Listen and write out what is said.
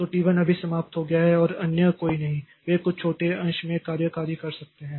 तो T1 अभी समाप्त हो गया है और अन्य कोई नहीं वे कुछ छोटे अंश में कार्यकारी कर सकते हैं